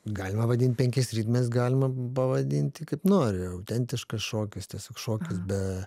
galima vadint penkiais ritmais galima pavadinti kaip nori autentiškas šokis tiesiog šokis be